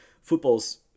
football's